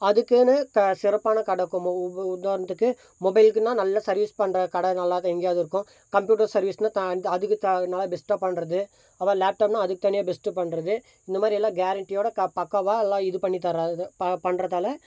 அதுக்கென்னு சிறப்பான கடைருக்கும் உதாரணத்துக்கு மொபைல்குனால் நல்ல சர்வீஸ் பண்ணுற கடை நல்லா எங்கேயாது இருக்கும் கம்ப்யூட்டர் சர்வீஸ்ன்னு அதுக்கு நல்லா பெஸ்ட்டாக பண்ணுறது அப்புறம் லேப்டாப்னால் அதுக்கு தனியாக பெஸ்ட்டாக பண்ணுறது இந்த மாதிரி எல்லாம் கேரண்ட்டியோடு க பக்காவாக நல்லா இது பண்ணி தரது பண்ணுறதால